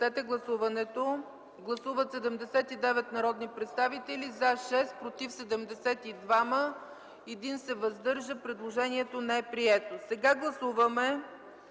Сега гласуваме